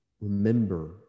remember